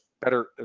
better